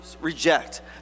reject